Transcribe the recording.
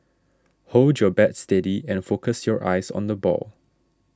hold your bat steady and focus your eyes on the ball